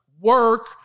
work